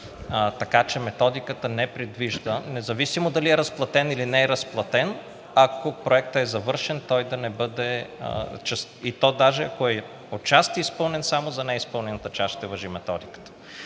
така че методиката не предвижда. Независимо дали е разплатен, или не е разплатен, ако проектът е завършен, той да не бъде – и то даже ако е отчасти изпълнен, само за неизпълнената част ще важи методиката.